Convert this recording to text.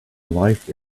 life